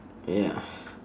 ya